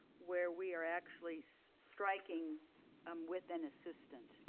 where we are actually so striking um with an assistant.